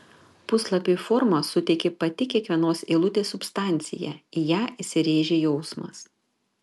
puslapiui formą suteikė pati kiekvienos eilutės substancija į ją įsirėžė jausmas